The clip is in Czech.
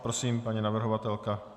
Prosím, paní navrhovatelka.